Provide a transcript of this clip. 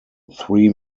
three